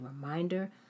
reminder